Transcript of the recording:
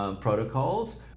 protocols